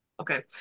Okay